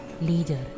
Leader